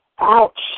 ouch